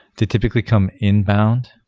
to typically come inbound.